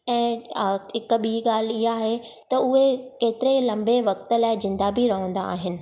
ऐं आहे हिक ॿी ॻाल्हि इहा आहे त उहे हेतिरे लम्बे वक़्त जे लाइ ज़िंदा बि रहंदा आहिनि